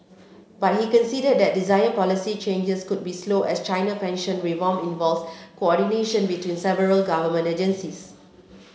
but he conceded that desired policy changes could be slow as China pension reform involves coordination between several government agencies